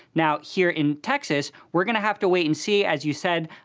now, here in texas, we're going to have to wait and see. as you said,